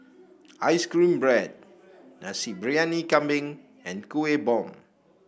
ice cream bread Nasi Briyani Kambing and Kuih Bom